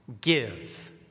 give